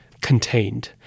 contained